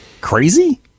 crazy